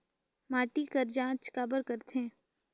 माटी कर जांच काबर करथे?